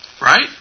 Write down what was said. Right